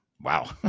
Wow